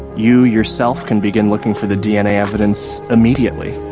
you yourself can begin looking for the dna evidence immediately.